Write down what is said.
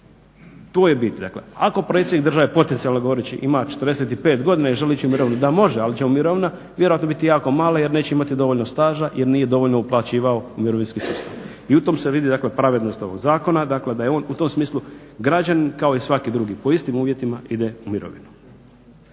tu je bi, ako predsjednik države, potencijalno govoreći ima 45 godina i želi ići u mirovinu, da može ali će mu mirovina vjerojatno biti jako mala, jer neće imati dovoljno staža, jer nije dovoljno uplaćivao u mirovinski sustav. I u tome se vidi, dakle, pravednost ovog zakona. Dakle, da je u tom smislu građanin kao i svaki drugi, po istim uvjetima ide u mirovinu.